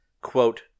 quote